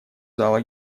зала